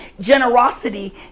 Generosity